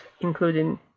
including